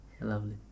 lovely